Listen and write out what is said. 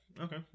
okay